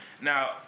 Now